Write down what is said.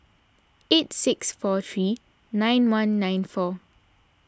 eight six four three nine one nine four